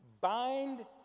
bind